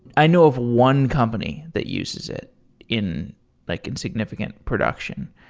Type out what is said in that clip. i know of one company that uses it in like in significant production.